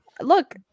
Look